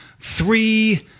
three